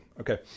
Okay